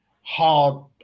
hard